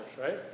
right